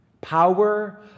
Power